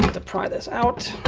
to pry this out.